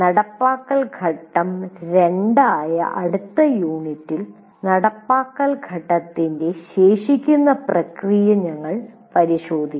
നടപ്പാക്കൽ ഘട്ടം 2 ആയ അടുത്ത യൂണിറ്റിൽ നടപ്പാക്കൽ ഘട്ടത്തിന്റെ ശേഷിക്കുന്ന പ്രക്രിയ ഞങ്ങൾ പരിശോധിക്കും